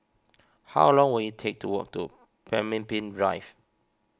how long will it take to walk to Pemimpin Drive